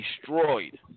destroyed